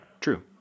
True